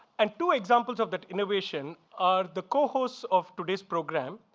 and two examples of that innovation are the co-hosts of today's program,